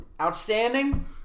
Outstanding